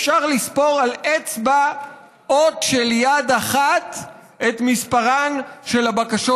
אפשר לספור על אצבעות של יד אחת את מספר הבקשות